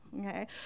okay